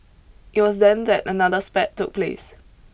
it was then that another spat took place